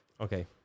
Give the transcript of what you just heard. Okay